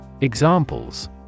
Examples